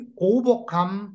overcome